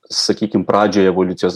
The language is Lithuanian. sakykim pradžioj evoliucijos